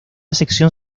sección